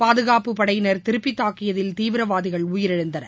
பாதுகாப்பு படையினர் திருப்பி தாக்கியதில் தீவிரவாதிகள் உயிரிழந்தனர்